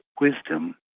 wisdom